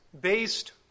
based